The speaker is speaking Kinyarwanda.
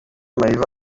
mariva